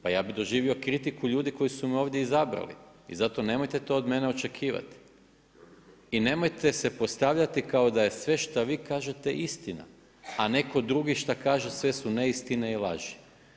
Pa ja bi doživio kritiku ljudi koje su me ovdje izabrali i zato nemojte to od mene očekivati i nemojte se postavljati kao da je sve što vi kažete istina, a netko drugi šta kaže sve su neistine i laži.